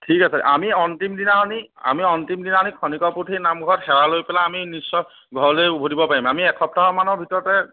ঠিক আছে আমি অন্তিমদিনাখনি আমি অন্তিমদিনাখনি খনিকৰ পুথি নামঘৰত সেৱা লৈ পেলাই আমি নিশ্চয় ঘৰলৈ উভতিব পাৰিম আমি এসপ্তাহমানৰ ভিতৰতে